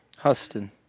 Houston